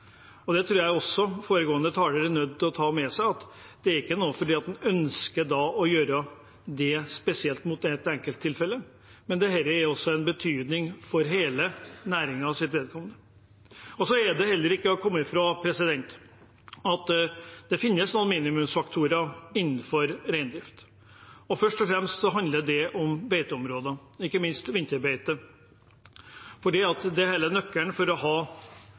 næringen. Det tror jeg også foregående taler er nødt til å ta med seg, at det ikke er fordi en ønsker å gjøre det spesielt i et enkelttilfelle, men dette har betydning for hele næringen. Det er heller ikke til å komme fra at det finnes noen minimumsfaktorer innenfor reindrift. Først og fremst handler det om beiteområder, ikke minst vinterbeite, for det er hele nøkkelen for å ha